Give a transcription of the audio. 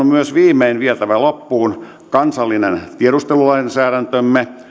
myös viimein vietävä loppuun kansallinen tiedustelulainsäädäntömme